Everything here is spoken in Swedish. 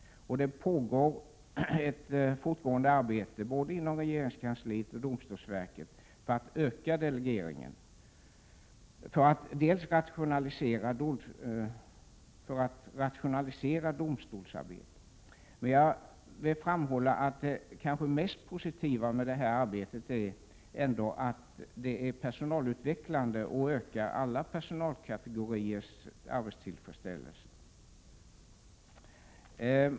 Det pågår ett arbete både inom regeringskansliet och i domstolsverket för att öka delegeringen i syfte att rationalisera domstolsarbetet. Men jag vill framhålla att det mest positiva med det här arbetet är kanske ändå att delegering är personalutvecklande och ökar alla personalkategoriers arbetstillfredsställelse.